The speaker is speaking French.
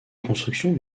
construction